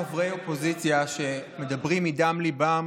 במקום לאיים על חברי אופוזיציה שמדברים מדם ליבם,